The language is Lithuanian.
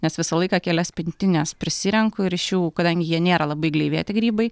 nes visą laiką kelias pintines prisirenku ir iš jų kadangi jie nėra labai gleivėti grybai